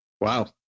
Wow